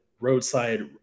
roadside